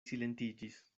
silentiĝis